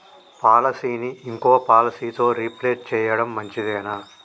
పాలసీని ఇంకో పాలసీతో రీప్లేస్ చేయడం మంచిదేనా?